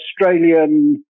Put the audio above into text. Australian